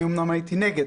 אני אומנם הייתי נגד,